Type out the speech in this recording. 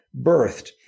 birthed